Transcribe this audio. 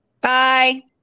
Bye